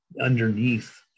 underneath